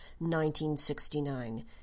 1969